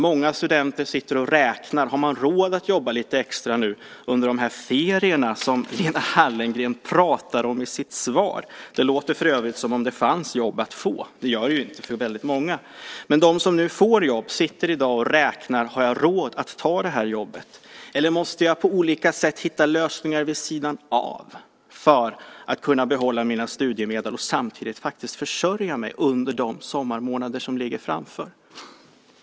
Många studenter räknar på om de har råd att jobba extra under de ferier som Lena Hallengren pratar om i sitt svar. Det låter som om det fanns jobb att få. Det gör det inte för väldigt många. De som får jobb räknar nu på om de har råd att ta jobbet eller om de på olika sätt måste hitta lösningar vid sidan av för att kunna behålla studiemedlen och samtidigt försörja sig under de sommarmånader som ligger framför oss.